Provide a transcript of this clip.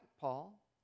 Paul